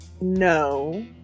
No